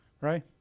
right